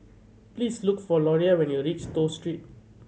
please look for Loria when you reach Toh Street